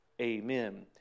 Amen